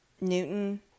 Newton